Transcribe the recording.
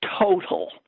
total